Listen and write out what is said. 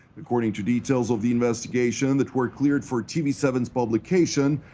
according to details of the investigation that were cleared for t v seven publication,